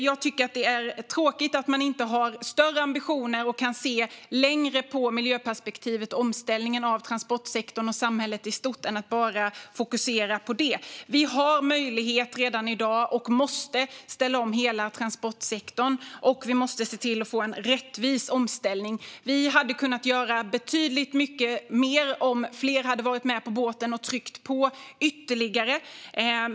Jag tycker att det är tråkigt att man inte har större ambitioner och kan se längre när det gäller miljöperspektivet och omställningen av transportsektorn och samhället i stort. Man fokuserar bara på detta. Vi har möjligheter redan i dag. Vi måste ställa om hela transportsektorn, och vi måste se till att det blir en rättvis omställning. Vi hade kunnat göra betydligt mer om fler hade varit med i båten och tryckt på ytterligare.